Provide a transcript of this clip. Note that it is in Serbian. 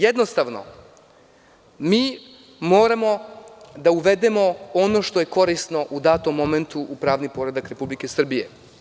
Jednostavno, mi moramo da uvedemo ono što je korisno u datom momentu u pravni poredak Republike Srbije.